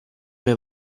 mir